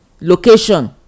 location